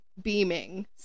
beaming